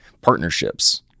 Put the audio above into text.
partnerships